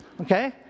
okay